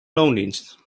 loondienst